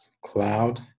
cloud